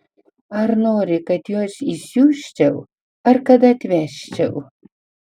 ar nori kad juos išsiųsčiau ar kad atvežčiau